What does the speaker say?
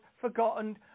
forgotten